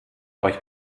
euch